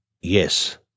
Yes